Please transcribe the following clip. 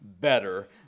better